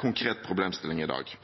konkret problemstilling i dag.